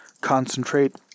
concentrate